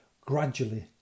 gradually